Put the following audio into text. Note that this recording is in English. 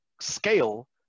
scale